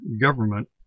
government